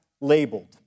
labeled